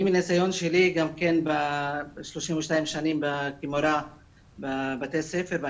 מנסיון שלי של 32 שנים כמורה בבתי ספר,